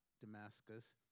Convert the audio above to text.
Damascus